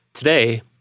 today